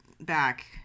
back